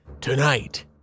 tonight